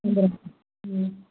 வந்துரும் ம்